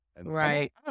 right